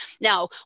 Now